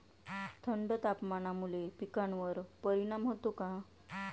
थंड तापमानामुळे पिकांवर परिणाम होतो का?